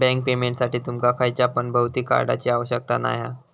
bank पेमेंटसाठी तुमका खयच्या पण भौतिक कार्डची आवश्यकता नाय हा